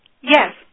Yes